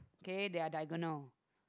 okay they are diagonal